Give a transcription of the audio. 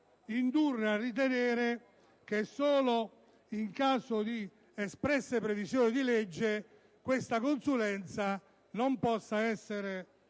indurre a ritenere che solo in caso di espresse previsioni di legge questa consulenza non possa essere